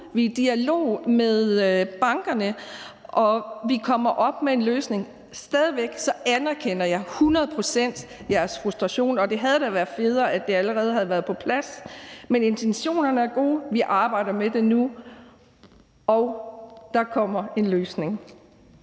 Vi er i dialog med bankerne, og vi kommer op med en løsning. Stadig væk anerkender jeg hundrede procent jeres frustration, og at det da havde været federe, at det allerede havde været på plads. Men intentionerne er gode, vi arbejder med det nu, og der kommer en løsning.